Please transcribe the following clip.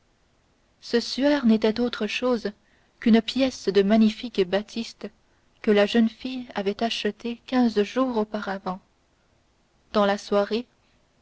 ce suaire n'était autre chose qu'une pièce de magnifique batiste que la jeune fille avait achetée quinze jours auparavant dans la soirée